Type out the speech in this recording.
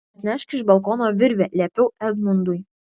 atnešk iš balkono virvę liepiau edmundui